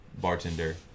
bartender